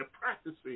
practicing